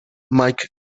mike